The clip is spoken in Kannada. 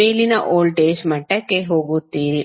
ಮೇಲಿನ ವೋಲ್ಟೇಜ್ ಮಟ್ಟಕ್ಕೆ ಹೋಗುತ್ತೀರಿ